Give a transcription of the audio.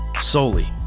Solely